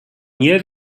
nie